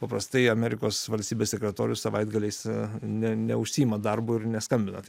paprastai amerikos valstybės sekretorius savaitgaliais ne neužsiima darbo ir neskambina